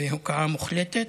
והיא הוקעה מוחלטת.